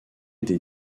des